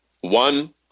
One